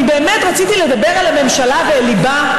אני באמת רציתי לדבר אל הממשלה ואל ליבה,